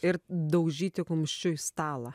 ir daužyti kumščiu į stalą